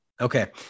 Okay